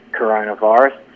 coronavirus